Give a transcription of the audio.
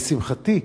לשמחתי,